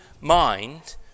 mind